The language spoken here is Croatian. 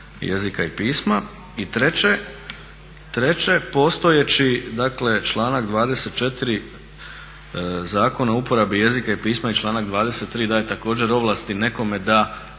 jezika i pisma. I treće, postojeći članak 24. Zakona o uporabi jezika i pisma i članak 23.daje također ovlasti nekome da